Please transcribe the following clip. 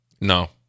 No